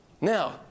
Now